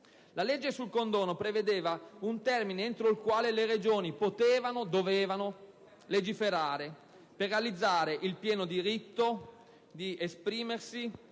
La legge sul condono prevedeva un termine entro il quale le Regioni potevano-dovevano legiferare per realizzare il pieno diritto di esprimersi